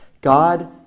God